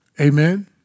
Amen